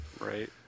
Right